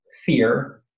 fear